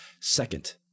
second